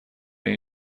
این